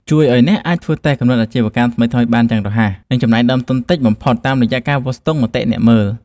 ជួយឱ្យអ្នកអាចធ្វើតេស្តគំនិតអាជីវកម្មថ្មីៗបានយ៉ាងរហ័ស និងចំណាយដើមទុនតិចបំផុតតាមរយៈការវាស់ស្ទង់មតិអ្នកមើល។